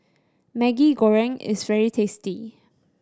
Maggi Goreng is very tasty